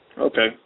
Okay